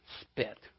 spit